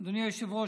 אדוני היושב-ראש,